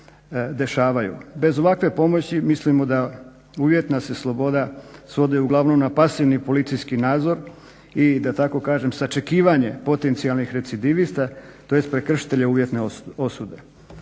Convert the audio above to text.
Bez ovakve pomoći mislimo da uvjetna se sloboda uglavnom svodi na pasivni policijski nadzor i da tako kažem sačekivanje potencijalnih recidivista tj. prekršitelja uvjetne osude.